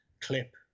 clip